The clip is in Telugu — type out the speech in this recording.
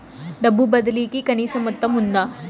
డబ్బు బదిలీ కి కనీస మొత్తం ఉందా?